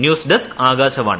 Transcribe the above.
news desk Akashvani